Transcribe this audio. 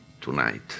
tonight